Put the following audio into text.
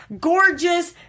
gorgeous